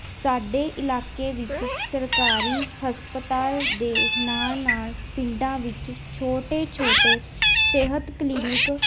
ਸਾਡੇ ਇਲਾਕੇ ਵਿੱਚ ਸਰਕਾਰੀ ਹਸਪਤਾਲ ਦੇ ਨਾਲ ਨਾਲ ਪਿੰਡਾਂ ਵਿੱਚ ਛੋਟੇ ਛੋਟੇ ਸਿਹਤ ਕਲੀਨਿਕ